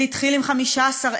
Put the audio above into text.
זה התחיל עם 15,000,